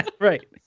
Right